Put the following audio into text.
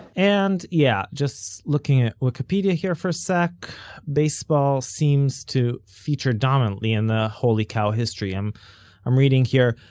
and yeah, just looking at wikipedia here for a sec baseball seems to feature dominantly in the holy cow history. i'm i'm reading here,